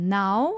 now